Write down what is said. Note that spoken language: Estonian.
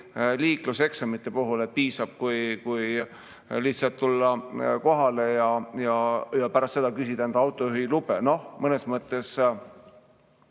liikluseksamitega, et piisab, kui lihtsalt tulla kohale ja pärast seda küsida endale autojuhilube. Mõnes mõttes